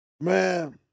Man